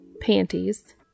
Panties